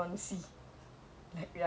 for me my biggest fear would be